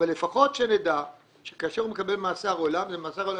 אבל לפחות שנדע שכאשר הוא מקבל מאסר עולם זה מאסר עולם